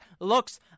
looks